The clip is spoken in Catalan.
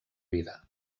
vida